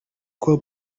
col